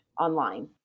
online